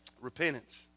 Repentance